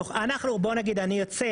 אני אצא